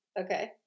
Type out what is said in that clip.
Okay